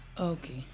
Okay